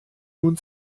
nun